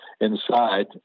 inside